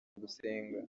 gusenga